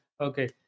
okay